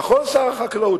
נכון, שר החקלאות?